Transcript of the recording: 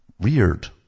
reared